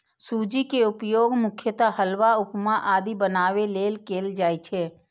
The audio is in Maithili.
सूजी के उपयोग मुख्यतः हलवा, उपमा आदि बनाबै लेल कैल जाइ छै